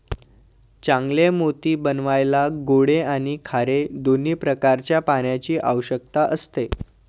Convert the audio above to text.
चांगले मोती बनवायला गोडे आणि खारे दोन्ही प्रकारच्या पाण्याची आवश्यकता असते